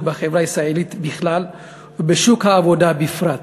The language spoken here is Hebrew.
בחברה הישראלית בכלל ובשוק העבודה בפרט.